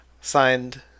Signed